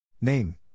Name